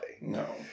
No